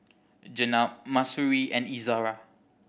Jenab Mahsuri and Izara